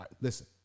Listen